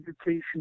education